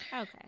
Okay